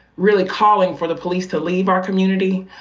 really calling for the police to leave our community,